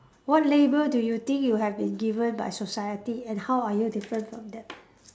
what label do you think you have been given by society and how are you different from them